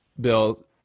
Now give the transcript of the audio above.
Bill